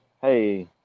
hey